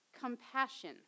compassion